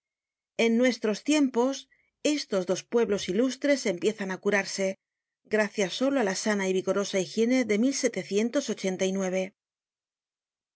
en nuestros tiempos estos dos pueblos ilustres empiezan á curarse gracias solo á la sana y vigorosa higiene de